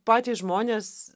patys žmonės